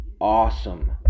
awesome